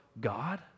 God